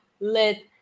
let